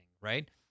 right